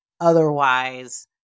Otherwise